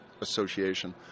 Association